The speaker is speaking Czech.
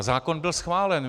Zákon byl schválen.